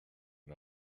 and